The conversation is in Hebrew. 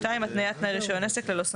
(2)התניית תנאי רישיון עסק בלא סמכות,